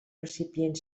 recipient